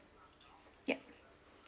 yup